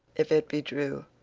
if it be true,